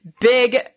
big